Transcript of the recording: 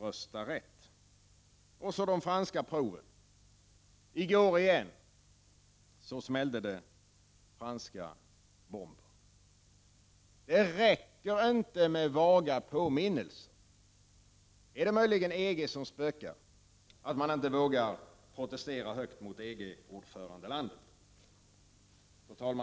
rösta rätt. Så till de franska proven! I går smällde det franska bomber igen. Det räcker inte med vaga påminnelser. Är det möjligen EG som spökar och som gör att man inte vågar protestera högt mot EG-ordförandelandet? Fru talman!